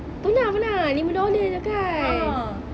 tu lah pernah lima dollar jer kan